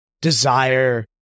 desire